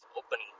open